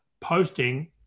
posting